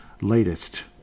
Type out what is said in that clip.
latest